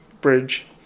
bridge